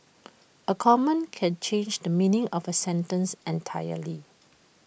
A comma can change the meaning of A sentence entirely